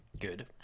good